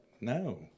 No